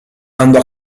andò